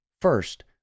First